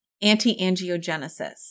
anti-angiogenesis